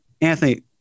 Anthony